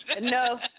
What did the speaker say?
No